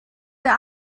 der